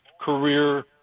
career